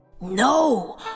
No